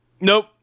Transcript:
nope